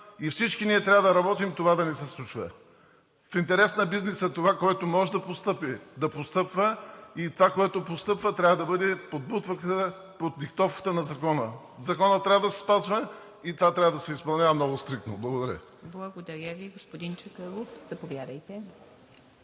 и всички ние трябва да работим това да не се случва. В интерес на бизнеса това, което може да постъпи – да постъпва, и това, което постъпва, трябва да бъде под диктовката на закона. Законът трябва да се спазва и това трябва да се изпълнява много стриктно. Благодаря Ви. ПРЕДСЕДАТЕЛ